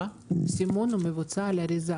אילנה, מדברים על בתפזורת.